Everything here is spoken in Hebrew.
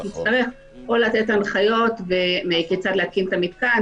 שיצטרך או לתת הנחיות כיצד להקים את המתקן